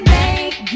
make